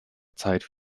zeit